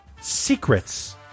secrets